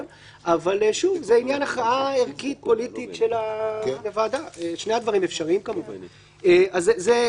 אבל האמת היא שזה לא התפלגות כי זה לא שליש ואפילו זה לא 10%. זה פחות,